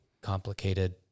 complicated